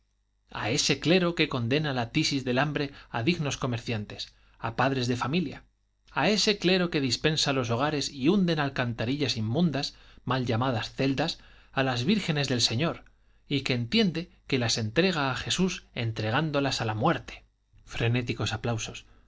a ese clero que condena a la tisis del hambre a dignos comerciantes a padres de familia a ese clero que dispersa los hogares y hunde en alcantarillas inmundas mal llamadas celdas a las vírgenes del señor y que entiende que las entrega a jesús entregándolas a la muerte